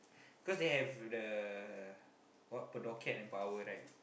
cause they have the what p~ docket and power right